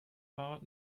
fahrrad